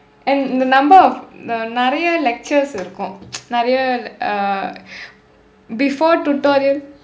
and the number of நிறைய:niraiya lectures இருக்கும் நிறைய:irukkum niraiya uh before tutorial